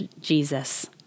Jesus